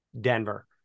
Denver